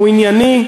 הוא ענייני.